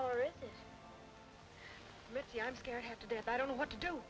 you i'm scared to death i don't know what to do